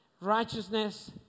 righteousness